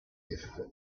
difficult